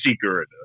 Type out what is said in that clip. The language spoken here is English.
Seeker